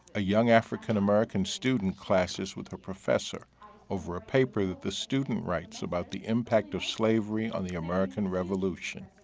a young african american student clashes with a professor over a paper that the student writes about the impact of slavery on the american revolution.